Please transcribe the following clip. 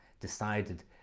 decided